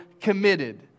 committed